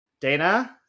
Dana